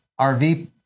RV